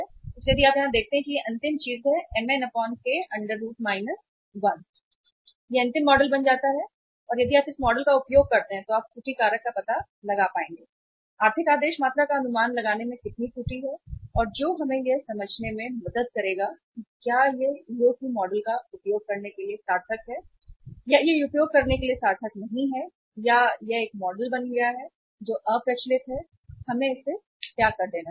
इसलिए यदि आप यहाँ देखते हैं कि यह अंतिम चीज़ है mn k अंडर रूट 1 यह अंतिम मॉडल बन जाता है और यदि आप इस मॉडल का उपयोग करते हैं तो आप त्रुटि कारक का पता लगा पाएंगे आर्थिक आदेश मात्रा का अनुमान लगाने में कितनी त्रुटि है और जो हमें यह समझने में मदद करेगा कि क्या यह EOQ मॉडल का उपयोग करने के लिए सार्थक है या यह उपयोग करने के लिए सार्थक नहीं है या यह एक मॉडल बन गया है जो अप्रचलित है हमें इसे त्याग देना चाहिए